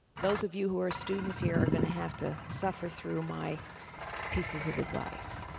those of you who are students here are going to have to suffer through my pieces of advice.